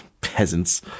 peasants